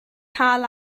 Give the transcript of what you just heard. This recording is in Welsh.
cael